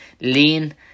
lean